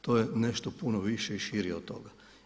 To je nešto puno više i šire od toga.